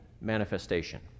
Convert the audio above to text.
manifestation